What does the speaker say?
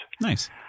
Nice